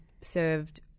served